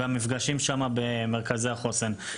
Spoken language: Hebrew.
והמפגשים שם במרכזי החוסן.